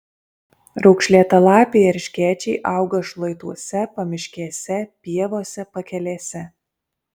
raukšlėtalapiai erškėčiai auga šlaituose pamiškėse pievose pakelėse